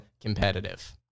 competitive